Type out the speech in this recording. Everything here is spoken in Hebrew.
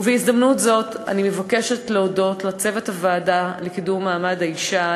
בהזדמנות זאת אני מבקשת להודות לצוות הוועדה לקידום מעמד האישה,